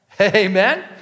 Amen